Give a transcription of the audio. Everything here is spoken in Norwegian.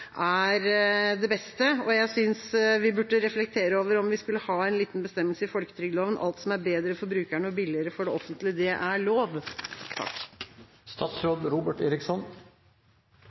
er det beste. Jeg synes vi burde reflektere over om vi skulle hatt en liten bestemmelse i folketrygdloven om at alt som er bedre for brukeren og billigere for det offentlige, er lov.